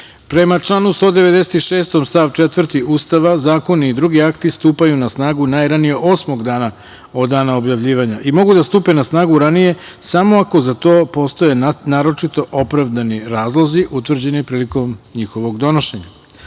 članu 196. stav 4. Ustava, zakoni i drugi akti stupaju na snagu najranije osmog dana od dana objavljivanja i mogu da stupe na snagu ranije samo ako za to postoje naročito opravdani razlozi utvrđeni priliko njihovog donošenja. Zato